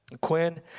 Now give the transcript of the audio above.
Quinn